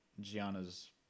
Gianna's